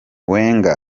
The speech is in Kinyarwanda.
wenger